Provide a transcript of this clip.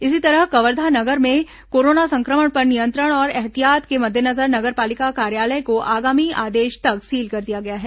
इसी तरह कवर्धा नगर में कोरोना संक्रमण पर नियंत्रण और एहतियात के मद्देनजर नगर पालिका कार्यालय को आगामी आदेश तक सील कर दिया गया है